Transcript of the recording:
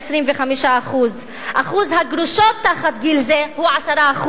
25%. אחוז הגרושות תחת גיל זה הוא 10%,